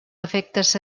efectes